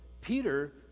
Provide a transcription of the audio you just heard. peter